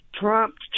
Trump